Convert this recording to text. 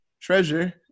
treasure